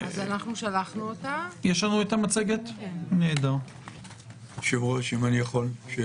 היושב-ראש, אם אני יכול שאלה.